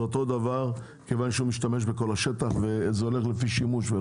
זה אותו הדבר מכיוון שהוא משתמש בכל השטח וזה הולך לפי שימוש.